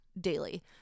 daily